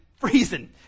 Freezing